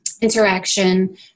interaction